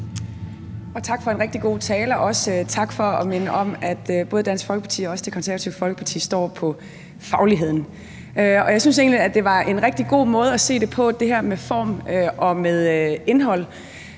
Tak for en rigtig god tale, og også tak for at minde om, at både Dansk Folkeparti og Det Konservative Folkeparti står på fagligheden. Jeg synes egentlig, at det her med form og indhold